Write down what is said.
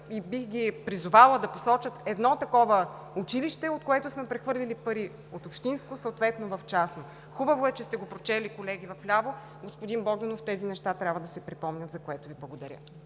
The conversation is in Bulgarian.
и бих ги призовала да посочат едно такова училище, от което сме прехвърлили пари – от общинско, съответно в частно. Хубаво е, че сте го прочели, колеги в ляво. Господин Богданов, тези неща трябва да се припомнят, за което Ви благодаря.